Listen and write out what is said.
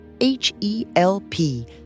H-E-L-P